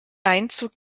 einzug